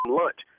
lunch